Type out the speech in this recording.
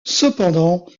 cependant